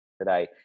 today